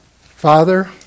Father